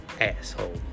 asshole